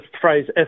phrase